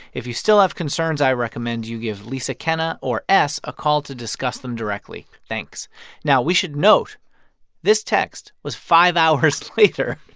if you still have concerns, i recommend you give lisa kenna or s a call to discuss them directly. thanks now we should note this text was five hours later.